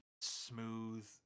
smooth